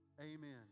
amen